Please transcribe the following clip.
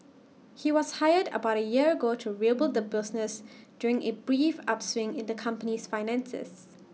he was hired about A year ago to rebuild the business during A brief upswing in the company's finances